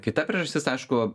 kita priežastis aišku